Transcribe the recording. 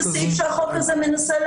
אבל זה כבר כתוב בסעיף (א): "בכל מקום שבו נדרשת